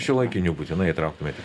šiuolaikinių būtinai įtrauktumėt